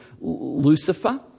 Lucifer